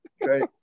Great